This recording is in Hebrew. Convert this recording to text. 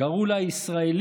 קראו לה "הישראלים"